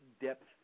depth